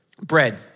bread